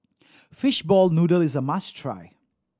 fishball noodle is a must try